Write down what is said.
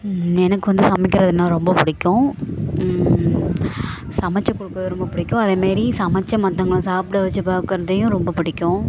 எனக்கு வந்து சமைக்கிறதுன்னால் ரொம்ப பிடிக்கும் சமைச்சி கொடுக்கறது ரொம்ப பிடிக்கும் அதேமாரி சமைச்சி மற்றவுங்கள சாப்பிட வெச்சு பார்க்கறதையும் ரொம்ப பிடிக்கும்